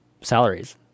salaries